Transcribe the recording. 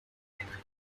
henrik